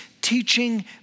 teaching